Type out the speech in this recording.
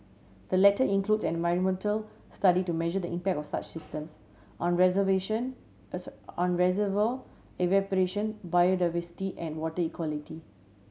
the latter includes an environmental study to measure the impact of such systems on reservation on reservoir evaporation biodiversity and water equality